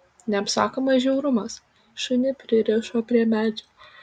neapsakomas žiaurumas šunį pririšo prie medžio